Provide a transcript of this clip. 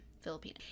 Filipino